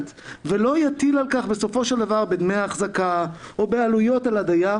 ולא יטיל על כך בסופו של דבר דמי החזקה או בעלויות על הדייר,